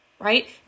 right